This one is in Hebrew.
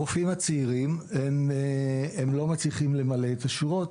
הרופאים הצעירים לא מצליחים למלא את השורות.